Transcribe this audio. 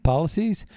policies